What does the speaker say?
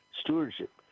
stewardship